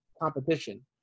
competition